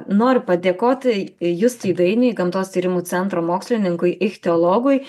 noriu padėkoti justui dainiui gamtos tyrimų centro mokslininkui ichtiologui